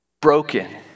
broken